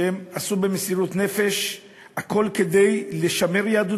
והם עשו במסירות נפש הכול כדי לשמר יהדות